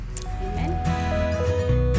Amen